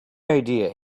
idea